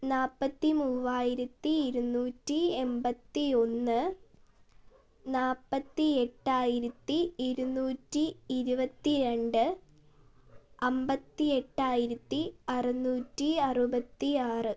നാല്പത്തി മൂവായിരത്തി ഇരുന്നൂറ്റി എമ്പത്തി ഒന്ന് നാല്പത്തി എട്ടായിരത്തി ഇരുന്നൂറ്റി ഇരുപത്തി രണ്ട് അമ്പത്തി എട്ടായിരത്തി അറുന്നൂറ്റി അറുപത്തി ആറ്